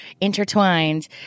intertwined